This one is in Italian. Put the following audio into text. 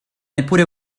neppure